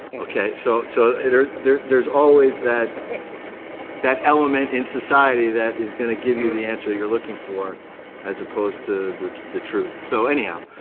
so so there's there's always that that element in society that is gonna give you the answer you're looking for as opposed to the the truth, so anyhow.